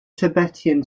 tibetan